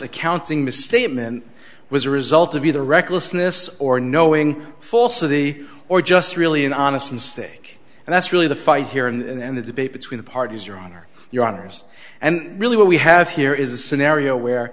accounting misstatement was a result of either recklessness or knowing falsity or just really an honest mistake and that's really the fight here and the debate between the parties your honor your honors and really what we have here is a scenario where